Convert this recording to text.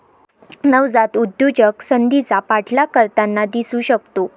नवजात उद्योजक संधीचा पाठलाग करताना दिसू शकतो